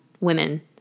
women